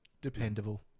dependable